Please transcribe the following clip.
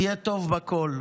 תהיה טוב בכול.